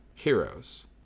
Heroes